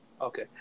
Okay